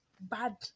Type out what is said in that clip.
bad